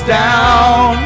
down